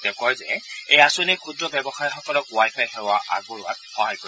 তেওঁ কয় যে এই আঁচনিয়ে ক্ষুদ্ৰ ব্যৱসায়িসকলক ৱাই ফাই সেৱা আগবঢ়োৱাত সহায় কৰিব